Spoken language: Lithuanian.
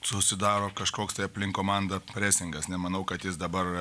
susidaro kažkoks tai aplink komandą presingas nemanau kad jis dabar